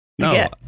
No